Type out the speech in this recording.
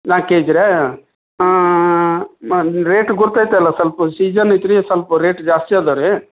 ನಾಲ್ಕು ಕೆ ಜಿರಾ ಹಾಂ ರೇಟ್ ಗೊತ್ತೈತಲ್ಲ ಸ್ವಲ್ಪ ಸೀಜನ್ ಇತ್ತು ರೀ ಸ್ವಲ್ಪ ರೇಟ್ ಜಾಸ್ತಿ ಇದಾವ್ರಿ